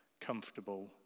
comfortable